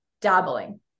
dabbling